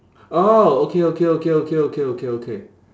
ah okay okay okay okay okay okay